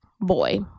boy